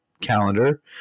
calendar